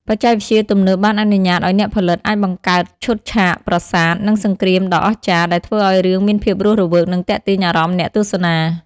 បច្ចេកវិទ្យាទំនើបបានអនុញ្ញាតឲ្យអ្នកផលិតអាចបង្កើតឈុតឆាកប្រាសាទ និងសង្រ្គាមដ៏អស្ចារ្យ ដែលធ្វើឲ្យរឿងមានភាពរស់រវើក និងទាក់ទាញអារម្មណ៍អ្នកទស្សនា។